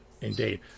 Indeed